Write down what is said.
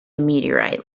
meteorite